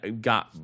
got